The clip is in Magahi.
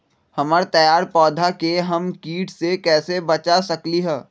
हमर तैयार पौधा के हम किट से कैसे बचा सकलि ह?